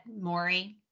Maury